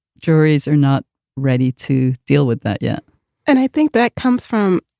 juries are not ready to deal with that yet and i think that comes from.